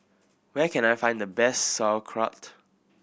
where can I find the best Sauerkraut